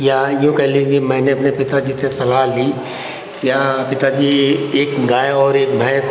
या यूँ कह लीजिए मैंने अपने पिता जी से सलाह ली क्या पिता जी एक गाय और एक भैंस